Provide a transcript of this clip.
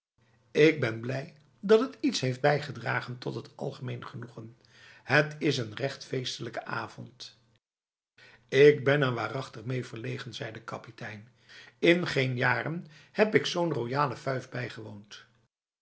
ik ben blij dat het iets heeft bijgedragen tot het algemeen genoegen het is een recht feestelijke avond ik ben er waarachtig mee verlegen zei de kapitein in geen jaren heb ik zo'n royale fuif bijgewoond